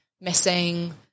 missing